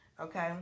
okay